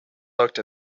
looked